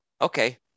okay